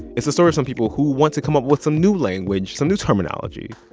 it's a story of some people who want to come up with some new language, some new terminology,